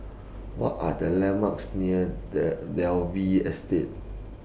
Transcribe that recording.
What Are The landmarks near Dalvey Estate